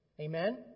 Amen